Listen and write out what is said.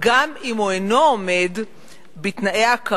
אם הוא פועל מכוח החוק גם אם הוא אינו עומד בתנאי ההכרה,